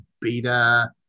beta